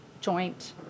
joint